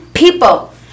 People